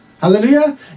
Hallelujah